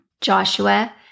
Joshua